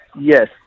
yes